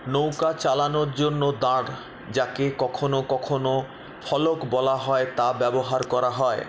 নৌকা চালানোর জন্য দাঁড় যাকে কখনো কখনো ফলক বলা হয় তা ব্যবহার করা হয়